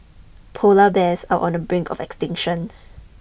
polar bears are on the brink of extinction